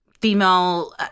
female